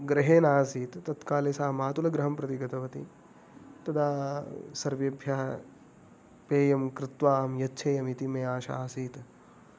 गृहे नासीत् तत्काले सा मातुलगृहं प्रति गतवती तदा सर्वेभ्यः पेयं कृत्वा अहं यच्छेयमिति मे आशा आसीत्